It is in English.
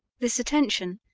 this attention,